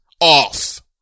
off